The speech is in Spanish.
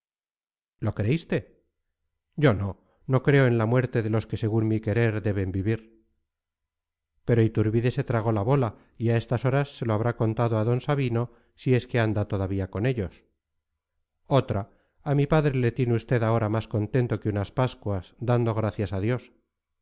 lo creíste yo no no creo en la muerte de los que según mi querer deben vivir pero iturbide se tragó la bola y a estas horas se lo habrá contado a d sabino si es que anda todavía con ellos otra a mi padre le tiene usted ahora más contento que unas pascuas dando gracias a dios